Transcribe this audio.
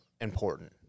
important